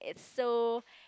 it so